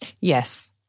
Yes